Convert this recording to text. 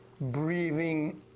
breathing